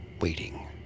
waiting